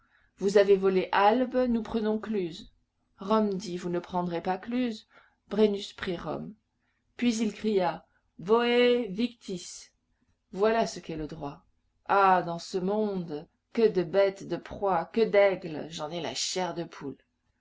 vous avez volé albe nous prenons cluse rome dit vous ne prendrez pas cluse brennus prit rome puis il cria voe victis voilà ce qu'est le droit ah dans ce monde que de bêtes de proie que d'aigles j'en ai la chair de poule